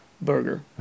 burger